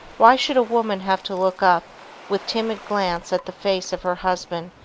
why should a woman have to look up with timid glance at the face of her husband,